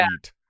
eat